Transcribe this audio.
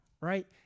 right